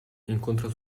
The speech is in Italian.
incontra